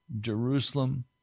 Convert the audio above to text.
Jerusalem